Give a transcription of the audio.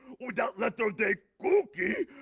without letter of day cookie,